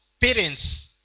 parents